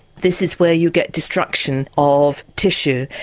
this is where you get destruction of tissue,